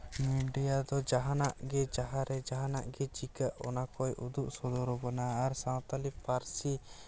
media ᱫᱚ ᱡᱟᱦᱟᱸᱱᱟᱜ ᱜᱮ ᱡᱟᱦᱟᱸᱨᱮ ᱡᱟᱦᱟᱸᱱᱟᱜ ᱜᱮ ᱪᱤᱠᱟᱹᱜ ᱚᱱᱟ ᱠᱚᱭ ᱩᱫᱩᱜ ᱥᱚᱫᱚᱨ ᱵᱚᱱᱟ ᱟᱨ ᱥᱟᱶᱛᱟᱞᱤ ᱯᱟᱹᱨᱥᱤ